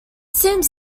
seems